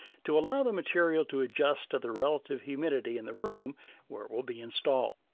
to allow the material to adjust to the relative humidity in the room where it will be installed.